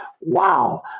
wow